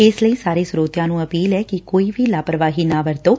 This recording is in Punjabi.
ਇਸ ਲਈ ਸਾਰੇ ਸਰੋਤਿਆਂ ਨੂੰ ਅਪੀਲ ਐ ਕਿ ਕੋਈ ਵੀ ਲਾਪਰਵਾਹੀ ਨਾ ਵਰਤੋ